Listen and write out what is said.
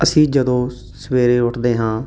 ਅਸੀਂ ਜਦੋਂ ਸਵੇਰੇ ਉੱਠਦੇ ਹਾਂ